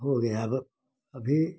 हो गया वो अभी